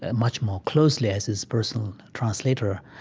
ah much more closely as his personal translator.